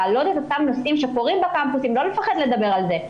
להעלות את אותם נושאים שקורים בקמפוסים ולא לפחד לדבר על זה.